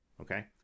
okay